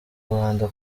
rwanda